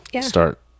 start